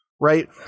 right